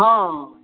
हँ